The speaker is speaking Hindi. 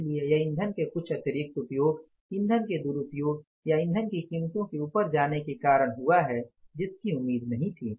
इसलिए यह ईंधन के कुछ अतिरिक्त उपयोग ईंधन के दुरुपयोग या ईंधन की कीमतों के ऊपर जाने के कारण हुआ है जिसकी उम्मीद नहीं थी